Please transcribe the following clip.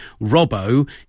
Robbo